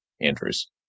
Andrews